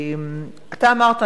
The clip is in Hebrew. אתה אמרת,